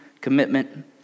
commitment